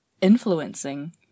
influencing